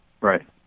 Right